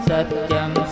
Satyam